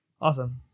Awesome